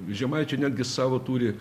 žemaičiai netgi savo turi